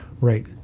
right